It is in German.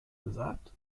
gesagt